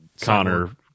Connor